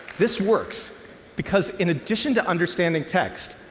this works because in addition to understanding text,